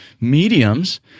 mediums